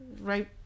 right